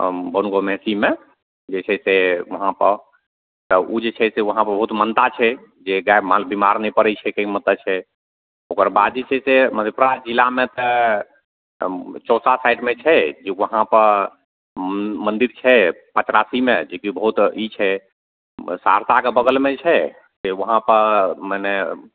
बनगाँव महिषीमे जे छै से वहाँपर तऽ ओ जे छै से वहाँपर बहुत मानता छै जे गाइ माल बीमार नहि पड़ै छै कहैके मतलब छै ओकर बाद जे छै से मधेपुरा जिलामे तऽ चौसा साइडमे छै जे वहाँपर मन्दिर छै पचराशिमे जेकि बहुत ई छै सहरसाके बगलमे छै वहाँपर मने